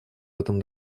этом